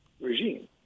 regime